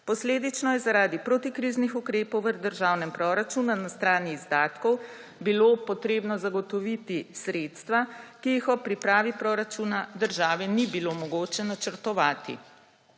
Posledično je zaradi protikriznih ukrepov v državnem proračunu na strani izdatkov bilo potrebno zagotoviti sredstva, ki jih ob pripravi proračuna države ni bilo mogoče načrtovati.